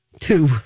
two